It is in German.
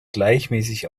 gleichmäßig